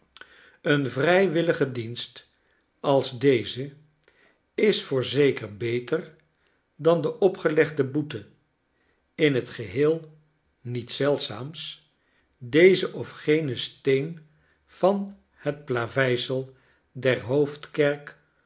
een vrywillige dienst als deze is voorzeker beter dan de opgelegde boete in het geheel niets zeldzaams dezen of genen steen van het plaveisel der hoofdkerk